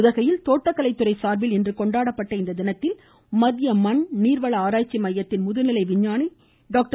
உதகையில் தோட்டக்கலை துறை சார்பில் இன்று கொண்டாடப்பட்ட இத்தினத்தில் மத்திய மண் மற்றும் நீர்வள ஆராய்ச்சி மையத்தின் முதுநிலை விஞ்ஞானி டாக்டர்